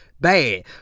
bad